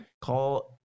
Call